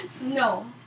No